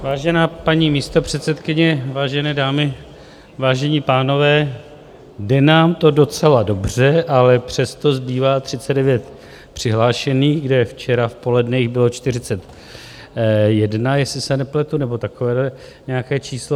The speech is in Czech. Vážená, paní místopředsedkyně, vážené dámy, vážení pánové, jde nám to docela dobře, ale přesto zbývá 39 přihlášených, kde včera v poledne jich bylo 41, jestli se nepletu, nebo takovéhle nějaké číslo.